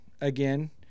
again